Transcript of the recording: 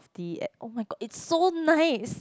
~tee at oh-my-god it's so nice